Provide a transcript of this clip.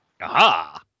Aha